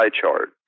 chart